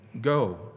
go